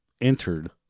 entered